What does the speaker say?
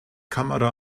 kamera